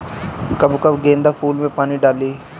कब कब गेंदा फुल में पानी डाली?